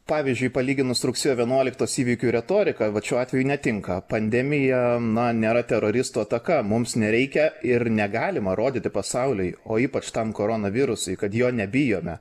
pavyzdžiui palyginus rugsėjo vienuoliktos įvykių retoriką vat šiuo atveju netinka pandemija na nėra teroristų ataka mums nereikia ir negalima rodyti pasauliui o ypač tam koronavirusui kad jo nebijome